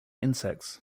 insects